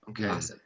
okay